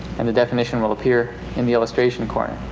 and the definition will appear in the illustration corner.